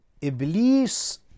Iblis